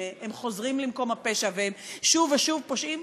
הם חוזרים למקום הפשע והם שוב ושוב פושעים,